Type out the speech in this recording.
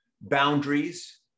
boundaries